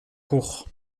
cour